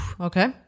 Okay